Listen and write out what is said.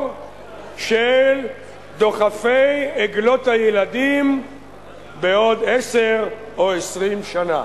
של דוחפי עגלות הילדים בעוד עשר או 20 שנה.